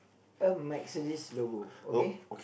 a Mercedes logo okay